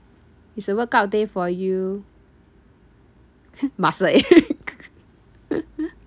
it's a workout day for you muscles ache